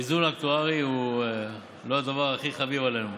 ואיזון אקטוארי הוא לא הדבר הכי חביב עלינו.